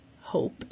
hope